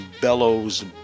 Bellows